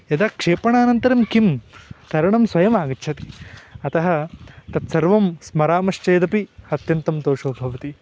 यदा क्षेपणानन्तरं किं तरणं स्वयम् आगच्छति अतः तत्सर्वं स्मरामश्चेदपि अत्यन्तं तोषो भवति